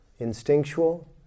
Instinctual